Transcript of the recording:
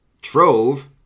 trove